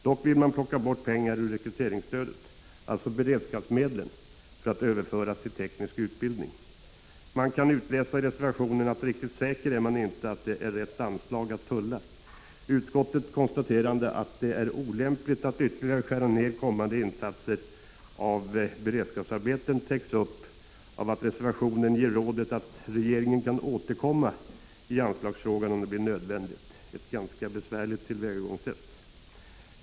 Dock vill man plocka pengar ur rekryteringsstödet, alltså beredskapsmedlen, för att överföras till teknisk utbildning. Vi kan utläsa i reservationen, att riktigt säker är man inte att det är rätt anslag att tulla. Utskottets konstaterande att det är olämpligt att ytterligare skära ned kommande insatser i form av beredskapsarbeten täcks upp av att reservationen ger rådet att regeringen kan återkomma i anslagsfrågan, om det blir nödvändigt — ett ganska besvärligt tillvägagångssätt.